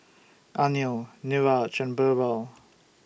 Anil Niraj and Birbal